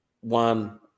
one